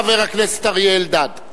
חבר הכנסת אריה אלדד,